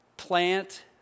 Plant